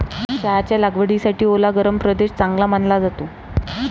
चहाच्या लागवडीसाठी ओला गरम प्रदेश चांगला मानला जातो